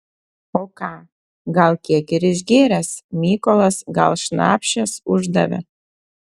o ką gal kiek ir išgėręs mykolas gal šnapšės uždavė